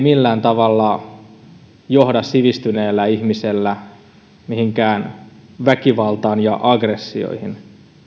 millään tavalla johda sivistyneellä ihmisellä mihinkään väkivaltaan ja aggressioihin